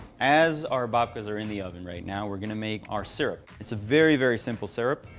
as our babkas are in the oven right now, we're gonna make our syrup. it's a very, very simple syrup.